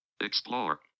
Explore